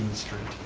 street.